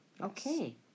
Okay